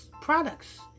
products